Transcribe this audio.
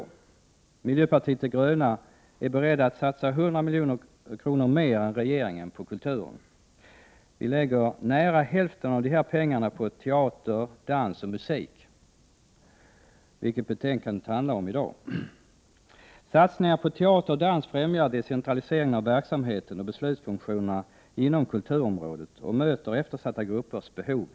Vi i miljöpartiet de gröna är beredda att satsa 100 milj.kr. mer än regeringen på kulturen. Vi lägger nästan hälften av pengarna på teater, dans och musik — saker som dagens betänkande handlar om. Satsningar på teater och dans främjar decentraliseringen av verksamheten och beslutsfunktionerna inom kulturområdet och innebär att man möter eftersatta gruppers behov.